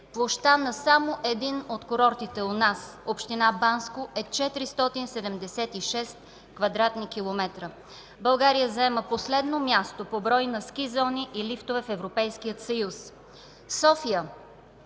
Площта на само един от курортите у нас – община Банско, е 476 кв. км. България заема последно място по брой ски зони и лифтове в Европейския съюз. София